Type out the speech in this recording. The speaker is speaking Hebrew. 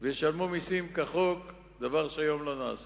וישלמו מסים כחוק, דבר שהיום לא נעשה,